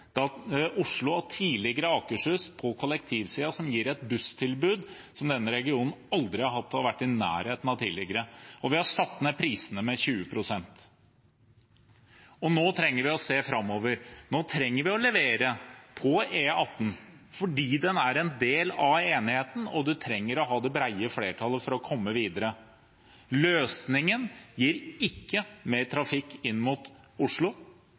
Oslo og tidligere Akershus på kollektivsiden, som gir et busstilbud som denne regionen aldri har hatt eller vært i nærheten av tidligere. Og vi har satt ned prisene med 20 pst. Nå trenger vi å se framover. Nå trenger vi å levere på E18, fordi den er en del av enigheten, og vi trenger å ha det brede flertallet for å komme videre. Løsningen gir ikke mer trafikk inn mot Oslo.